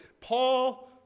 Paul